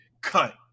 Cut